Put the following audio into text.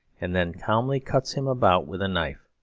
and then calmly cuts him about with a knife.